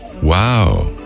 Wow